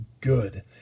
good